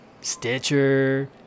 Stitcher